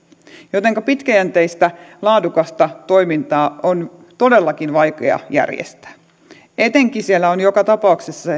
jotenka pitkäjänteistä laadukasta toimintaa on todellakin vaikea järjestää etenkin kun siellä on joka tapauksessa